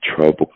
trouble